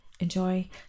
enjoy